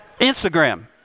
Instagram